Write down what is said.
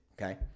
Okay